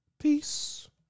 peace